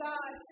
God